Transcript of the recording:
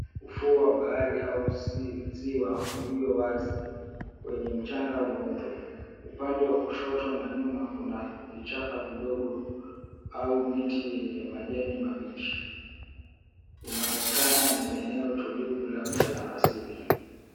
Ufuo wa bahari au ziwa ulio wazi wenye mchanga mweupe. Upande wa kushoto na nyuma kuna vichaka vidogo au miti yenye majani mabichi. Inaonekana ni eneo tulivu labda la asili.